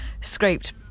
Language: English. scraped